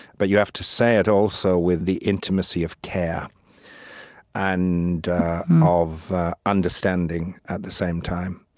but you have to say it, also, with the intimacy of care and of understanding at the same time.